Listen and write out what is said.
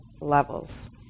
levels